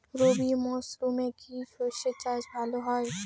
রবি মরশুমে কি সর্ষে চাষ ভালো হয়?